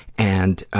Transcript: and, ah,